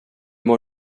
mår